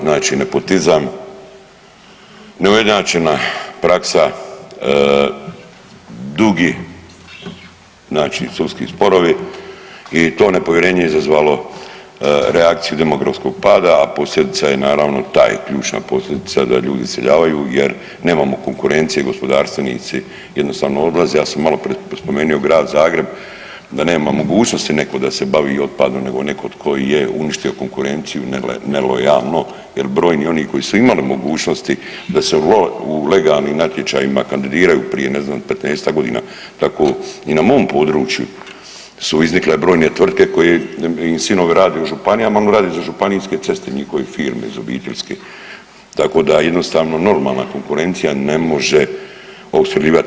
Znači nepotizam, neujednačena praksa, dugi znači sudski sporovi i to nepovjerenje je izazvalo reakciju demografskog pada, a posljedica je naravno, ta je ključna posljedica da ljudi iseljavaju jer nemamo konkurencije, gospodarstvenici jednostavno odlaze, ja sam maloprije spomenuo grad Zagreb, da nema mogućnosti neku da bavi otpadom nego netko tko i je uništio konkurenciju nelojalno jer brojni oni koji su imali mogućosti da se u legalnim natječajima kandidiraju prije, ne znam, 15-ak godina, tako i na mom području su iznikle brojne tvrtke koje im sinovi rade u županijama, a on radi za županijske ceste, njihove firme iz obiteljske, tako da jednostavno normalna konkurencija ne može opskrbljivati.